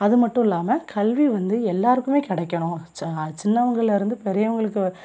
அது மட்டும் இல்லாமல் கல்வி வந்து எல்லோருக்குமே கிடைக்கணும் சா அது சின்னவங்கள்லேருந்து பெரியவங்களுக்கு